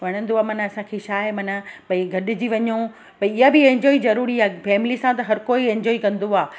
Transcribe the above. वणंदो आहे माना असांखे छा आहे माना भई गॾिजी वञो भई इहा बि इंजॉय ज़रूरी आहे फैमिली सां त हर कोई एंजॉय कंदो आहे